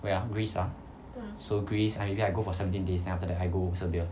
where ah greece lah so greece I maybe I go for seventeen days then after that I go serbia